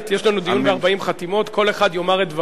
יש לנו דיון ב-40 חתימות, כל אחד יאמר את דברו.